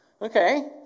Okay